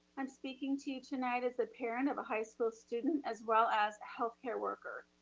i'm speaking to you tonight as a parent of a high school student, as well as healthcare worker.